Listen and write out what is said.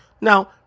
Now